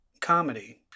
Comedy